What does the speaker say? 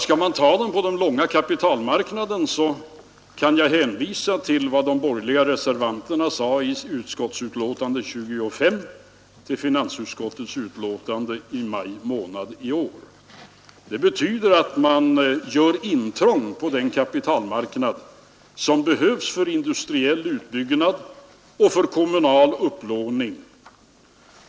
Skall man ta pengarna på den långa kapitalmarknaden, så kan jag hänvisa till vad de borgerliga reservanterna sade i finansutskottets betänkande nr 25 i maj månad i år: Det betyder att man gör intrång på den kapitalmarknad som behövs för industriell utbyggnad och för kommunal upplåning.